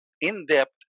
in-depth